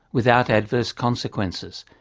without adverse consequences.